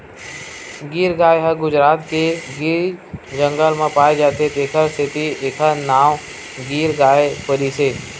गीर गाय ह गुजरात के गीर जंगल म पाए जाथे तेखर सेती एखर नांव गीर गाय परिस हे